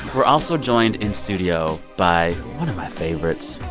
we're also joined in studio by one of my favorites,